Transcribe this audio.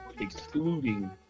excluding